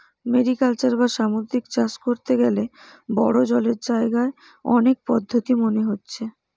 mariculture বা সামুদ্রিক চাষ কোরতে গ্যালে বড়ো জলের জাগায় অনেক পদ্ধোতি মেনে হচ্ছে